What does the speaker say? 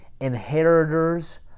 inheritors